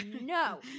no